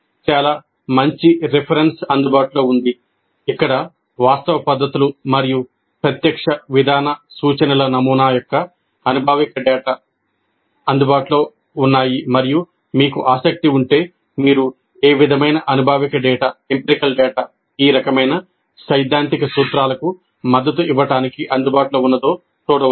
చాలా మంచి రిఫరెన్స్ అందుబాటులో ఉంది ఇక్కడ వాస్తవ పద్ధతులు మరియు ప్రత్యక్ష విధాన సూచనల నమూనా యొక్క అనుభావిక డేటా ఈ రకమైన సైద్ధాంతిక సూత్రాలకు మద్దతు ఇవ్వడానికి అందుబాటులో ఉన్నదో చూడవచ్చు